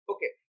Okay